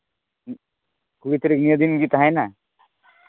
ᱠᱩᱲᱤ ᱛᱟᱹᱨᱤᱠᱷ ᱱᱤᱭᱟᱹ ᱫᱤᱱ ᱤᱫᱤ ᱛᱟᱦᱮᱱᱟ